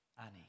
Annie